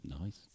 Nice